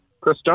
Chris